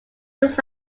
his